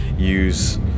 use